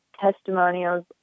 testimonials